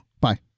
Bye